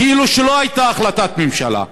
כאילו שלא הייתה החלטת ממשלה,